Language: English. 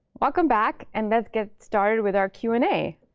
welcome back. and let's get started with our q and a.